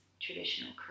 Traditional